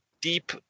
deep